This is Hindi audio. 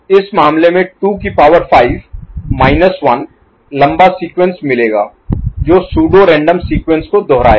इस मामले में 2 की पावर 5 माइनस 1 लंबा सीक्वेंस मिलेगा जो सूडो रैंडम सीक्वेंस को दोहराएगा